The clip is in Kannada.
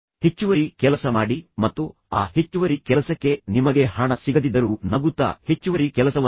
ಹೆಚ್ಚುವರಿ ಕೆಲಸ ಮಾಡಿ ಮತ್ತು ಆ ಹೆಚ್ಚುವರಿ ಕೆಲಸಕ್ಕೆ ನಿಮಗೆ ಹಣ ಸಿಗದಿದ್ದರೂ ನಗುತ್ತ ಹೆಚ್ಚುವರಿ ಕೆಲಸವನ್ನು ಮಾಡಿ